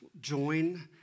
join